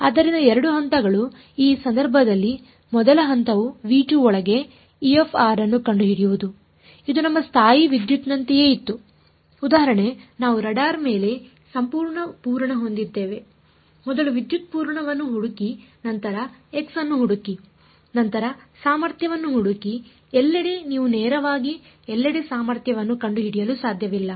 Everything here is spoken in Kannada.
ಆದ್ದರಿಂದ 2 ಹಂತಗಳು ಈ ಸಂದರ್ಭದಲ್ಲಿ ಮೊದಲ ಹಂತವು ಒಳಗೆ ಅನ್ನು ಕಂಡುಹಿಡಿಯುವುದು ಇದು ನಮ್ಮ ಸ್ಥಾಯೀವಿದ್ಯುತ್ತಿನಂತೆಯೇ ಇತ್ತು ಉದಾಹರಣೆ ನಾವು ರಾಡ್ ಮೇಲೆ ವಿದ್ಯುತ್ ಪೂರಣ ಹೊಂದಿದ್ದೇವೆ ಮೊದಲು ವಿದ್ಯುತ್ ಪೂರಣವನ್ನು ಹುಡುಕಿ ನಂತರ x ಅನ್ನು ಹುಡುಕಿ ನಂತರ ಸಾಮರ್ಥ್ಯವನ್ನು ಹುಡುಕಿ ಎಲ್ಲೆಡೆ ನೀವು ನೇರವಾಗಿ ಎಲ್ಲೆಡೆ ಸಾಮರ್ಥ್ಯವನ್ನು ಕಂಡುಹಿಡಿಯಲು ಸಾಧ್ಯವಿಲ್ಲ